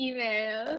Email